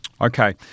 Okay